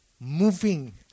moving